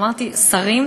אמרתי "שרים",